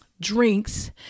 drinks